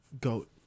goat